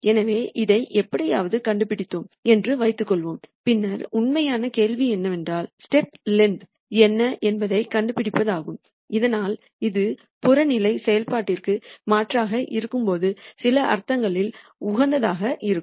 எனவே இதை எப்படியாவது கண்டுபிடித்தோம் என்று வைத்துக் கொள்வோம் பின்னர் உண்மையான கேள்வி என்னவென்றால் ஸ்டெப் லெங்த் என்ன என்பதை கண்டுபிடிப்பதாகும் இதனால் இது புறநிலை செயல்பாட்டிற்கு மாற்றாக இருக்கும்போது சில அர்த்தங்களில் உகந்ததாக இருக்கும்